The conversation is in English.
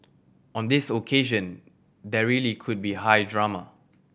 on this occasion there really could be high drama